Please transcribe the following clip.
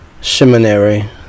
seminary